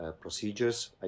procedures